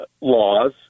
laws